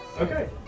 Okay